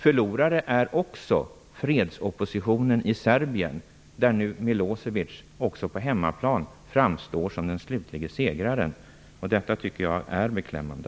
Förlorare är dessutom fredsoppositionen i Serbien, där nu Milosevic också på hemmaplan framstår som den slutlige segraren. Detta tycker jag är beklämmande.